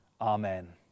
Amen